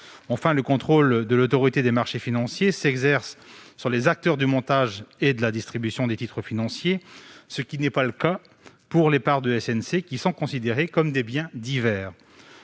Enfin, le contrôle de l'Autorité des marchés financiers, l'AMF, s'exerce sur les acteurs du montage et de la distribution des titres financiers, ce qui n'est pas le cas pour les parts de SNC qui sont des « biens divers